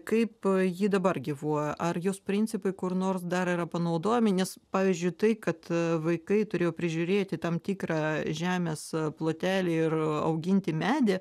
kaip ji dabar gyvuoja ar jos principai kur nors dar yra panaudojami nes pavyzdžiui tai kad vaikai turėjo prižiūrėti tam tikrą žemės plotelį ir auginti medį